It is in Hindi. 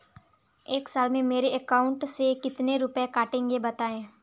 एक साल में मेरे अकाउंट से कितने रुपये कटेंगे बताएँ?